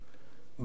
בעולם